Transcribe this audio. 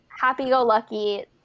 happy-go-lucky